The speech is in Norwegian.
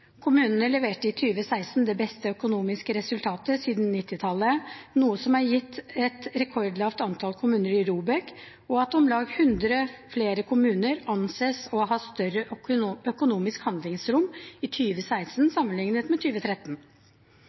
Kommunene leverte i 2016 det beste økonomiske resultatet siden 1990-tallet, noe som har gitt et rekordlavt antall kommuner i ROBEK, og om lag 100 flere kommuner anses å ha større økonomisk handlingsrom i 2016 sammenliknet med